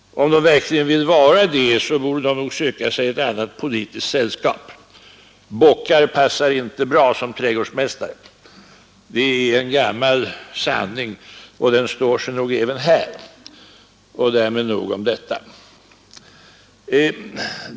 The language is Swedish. Om de verkligen vill vara det, borde de nog söka sig ett annat politiskt sällskap. Bockar passar inte bra som trädgårdsmästare — det är en gammal sanning, och den står sig även här. Därmed nog om detta.